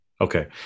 Okay